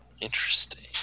Interesting